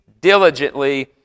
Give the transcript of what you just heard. diligently